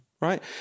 right